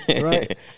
right